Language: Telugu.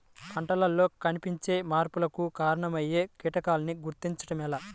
పంటలలో కనిపించే మార్పులకు కారణమయ్యే కీటకాన్ని గుర్తుంచటం ఎలా?